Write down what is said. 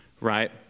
right